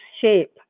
shape